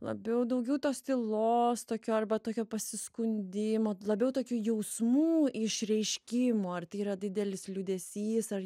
labiau daugiau tos tylos tokio arba tokio pasiskundimo labiau tokio jausmų išreiškimo ar tai yra didelis liūdesys ar